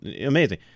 amazing